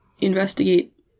investigate